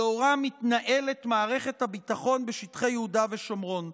שלאורה מתנהלת מערכת הביטחון בשטחי יהודה ושומרון.